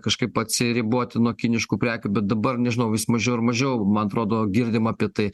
kažkaip atsiriboti nuo kiniškų prekių bet dabar nežinau vis mažiau ir mažiau man atrodo girdim apie tai